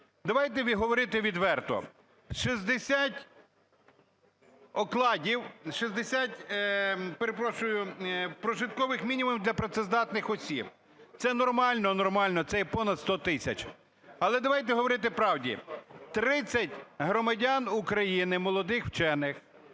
Давайте говорити відверто, 60 окладів, 60, перепрошую, прожиткових мінімумів для працездатних осіб - це нормально? Нормально, це є понад 100 тисяч. Але давайте говорити правду, 30 громадян України, молодих вчених